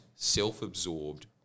Self-absorbed